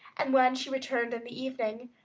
and when she returned in the evening,